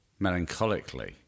melancholically